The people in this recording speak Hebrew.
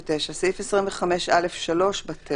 9. לא 10, כי אחד יצא.